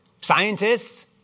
Scientists